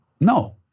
No